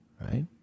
right